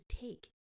take